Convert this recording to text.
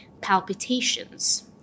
palpitations